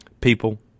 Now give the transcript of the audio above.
People